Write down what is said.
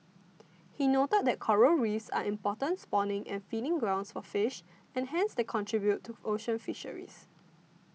he noted that coral Reefs are important spawning and feeding grounds for fish and hence they contribute to ocean fisheries